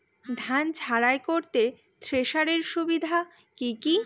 ধান ঝারাই করতে থেসারের সুবিধা কি কি?